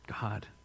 God